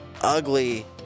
ugly